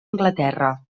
anglaterra